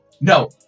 no